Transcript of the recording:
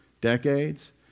decades